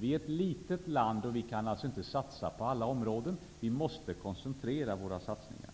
Vi är ett litet land, och vi kan inte satsa på alla områden. Vi måste koncentrera våra satsningar.